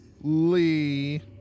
Lee